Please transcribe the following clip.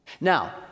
Now